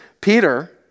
Peter